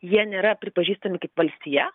jie nėra pripažįstami kaip valstija